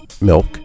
milk